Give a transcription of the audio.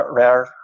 rare